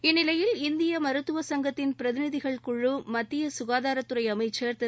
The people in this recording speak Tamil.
இந்நிலையில் இந்திய மருத்துவ சங்கத்தின் பிரதிநிதிகள் குழு மத்திய சுகாதாரத்துறை அமைச்சா் திரு